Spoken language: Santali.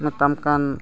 ᱢᱮᱛᱟᱢ ᱠᱟᱱ